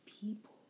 people